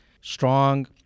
strong